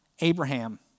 Abraham